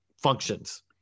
functions